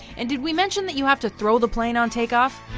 and did we mention, that you have to throw the plane on takeoff?